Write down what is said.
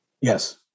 Yes